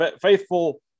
faithful